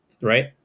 Right